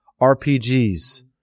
RPGs